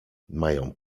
mają